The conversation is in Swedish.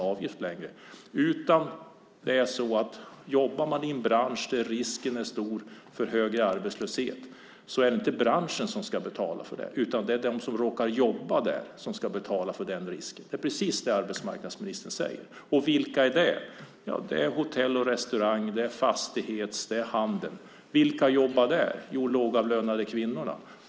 Om man jobbar i en bransch där risken är stor för hög arbetslöshet är det inte branschen som betalar risken utan den som råkar jobba där. Det är precis vad arbetsmarknadsministern säger. Vilka är det? Det är hotell och restaurang, fastighet och handel. Vilka jobbar där? Jo, de lågavlönade kvinnorna.